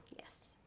Yes